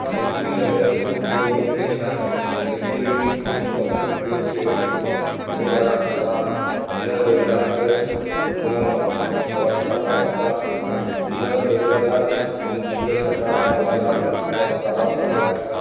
मन्त्री रहथि उद्योगमंत्री छथि लेकिन कोनो तरहक उद्योगके नहि लगा सकलाह ने रोजगारके कोनो व्यवस्था कऽ सकलाह ने बेरोजगार जे छलै तकरा रोजगार उपलब्ध करबा सकलथि